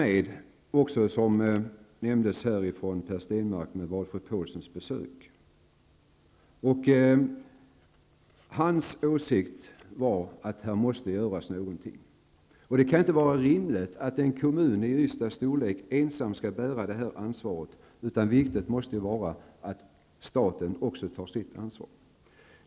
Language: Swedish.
Per Stenmarck nämnde Valfrid Paulssons besök, och jag var också med vid detta besök. Valfrid Paulssons åsikt var att någonting måste göras. Det kan inte vara rimligt att en kommun av Ystads storlek ensam skall bära detta ansvar, utan det är viktigt att staten också tar sitt ansvar.